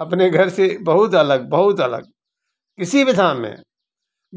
अपने घर से बहुत अलग बहुत अलग किसी भी धाम में